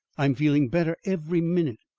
i am feeling better every minute.